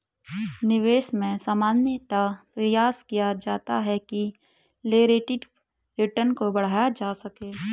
निवेश में सामान्यतया प्रयास किया जाता है कि रिलेटिव रिटर्न को बढ़ाया जा सके